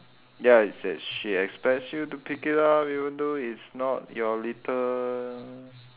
ya it's that she expects you to pick it up even though it's not your litter